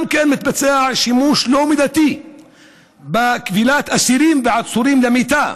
מתבצע גם שימוש לא מידתי בכבילת אסירים ועצירים למיטה.